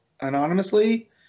anonymously